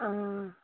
ആ